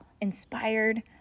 inspired